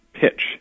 pitch